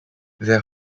their